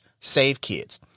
savekids